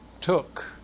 took